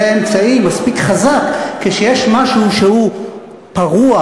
אמצעי מספיק חזק כשיש משהו שהוא פרוע,